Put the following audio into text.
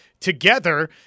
together